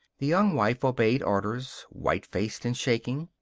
the young wife obeyed orders, white-faced and shaking.